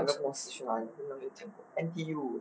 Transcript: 不懂死去哪里了真的没有见过 N_T_U